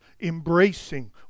embracing